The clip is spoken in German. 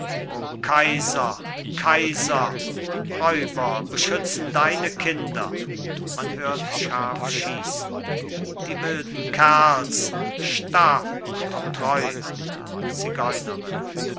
kaiser kaiser räuber beschützen deine kinder man hört scharf schießen die wilden kerls starr und treu zigeunerin